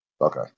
Okay